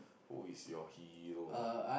who is your hero